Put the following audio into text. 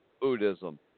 Buddhism